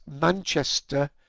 Manchester